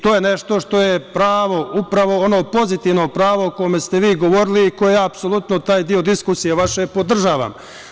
To je nešto što je pravo, upravo ono pozitivno pravo o kome ste vi govorili i ja apsolutno taj deo diskusije vaše podržavam.